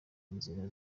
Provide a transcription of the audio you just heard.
nzira